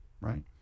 right